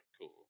cool